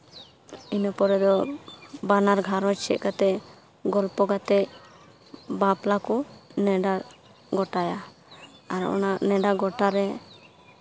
ᱤᱱᱟᱹ ᱯᱚᱨᱮ ᱫᱚ ᱵᱟᱱᱟᱨ ᱜᱷᱟᱨᱚᱸᱡᱽ ᱪᱮᱫᱠᱟᱛᱮ ᱜᱚᱞᱯᱚ ᱠᱟᱛᱮᱫ ᱵᱟᱯᱞᱟ ᱠᱚ ᱱᱮᱰᱟ ᱜᱚᱴᱟᱭᱟ ᱟᱨ ᱚᱱᱟ ᱱᱮᱰᱟ ᱜᱚᱴᱟᱨᱮ